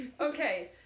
Okay